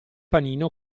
panino